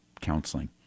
counseling